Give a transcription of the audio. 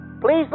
please